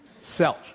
Self